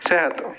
صحت